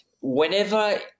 Whenever